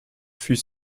fut